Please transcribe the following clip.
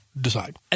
decide